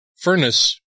furnace